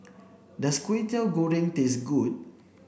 does Kwetiau Goreng taste good